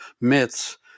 myths